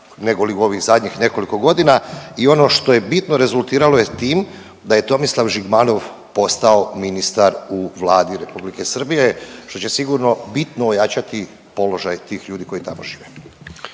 negoli u ovih zadnjih nekoliko godina i ono što je bitno rezultiralo je tim da je Tomislav Žigmanov postao ministar u vladi Republike Srbije što će sigurno bitno ojačati položaj tih ljudi koji tamo žive.